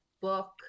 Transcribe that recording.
book